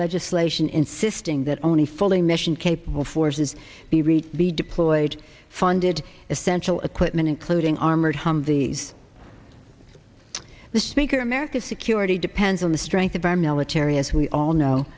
legislation insisting that only fully mission capable forces be read be deployed funded essential equipment including armored humvees the speaker america's security depends on the strength of our military as we all know